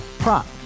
Prop